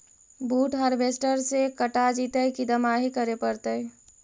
बुट हारबेसटर से कटा जितै कि दमाहि करे पडतै?